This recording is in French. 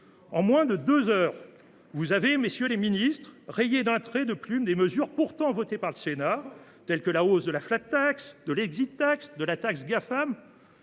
En moins de deux heures, vous avez, messieurs les ministres, rayé d’un trait de plume des mesures pourtant adoptées par le Sénat, telles que la hausse de la, de l’ ou de la taxe dite